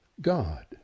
God